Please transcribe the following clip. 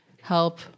help